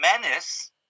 menace